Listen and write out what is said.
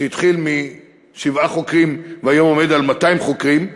שהתחיל עם שבעה חוקרים והיום עומד על 200 חוקרים.